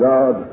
God